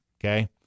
Okay